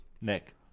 Nick